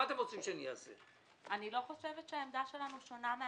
אני לא חושבת שהעמדה שלנו שונה מהעמדה של היועצת המשפטית.